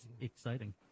exciting